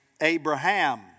Abraham